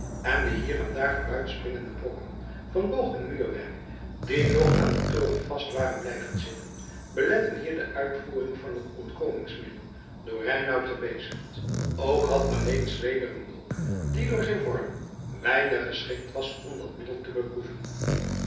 en de hier en daar vooruitspringende brokken van boog en muurwerk die nog aan den toren vast waren blijven zitten beletteden hier de uitvoering van het ontkomingsmiddel door reinout gebezigd ook had alleen zweder een dolk die door zijn vorm weinig geschikt was om dat middel te beproeven